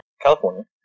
California